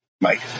Mike